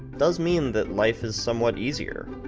does mean that life is somewhat easier,